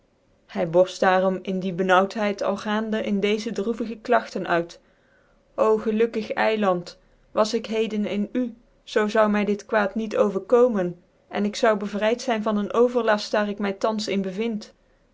hy borft daarom in dier bcnaauwthcid al giandc in deze droevige klagten uit o gelukkig eiland was ik heden in u zoo zoude my dit kwaad niet overkomen en ik zoude bevryd zyn van een ovcrlaft daar ik my thans in bcvinde